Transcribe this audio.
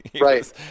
Right